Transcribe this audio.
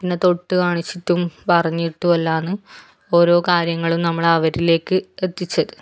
പിന്നെ തൊട്ട് കാണിച്ചിട്ടും പറഞ്ഞിട്ടും എല്ലാമാണ് ഓരോ കാര്യങ്ങളും നമ്മളവരിലേക്ക് എത്തിച്ചത്